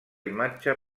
imatge